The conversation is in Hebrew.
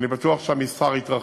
ואני בטוח שהמסחר יתרחב.